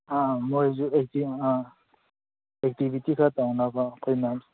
ꯑ ꯃꯣꯏꯁꯨ ꯑ ꯑꯦꯛꯇꯤꯚꯤꯇꯤ ꯈꯔ ꯇꯧꯅꯕ ꯑꯩꯈꯣꯏꯅ